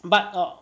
but uh